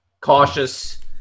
cautious